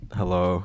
hello